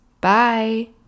Bye